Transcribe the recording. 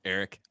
Eric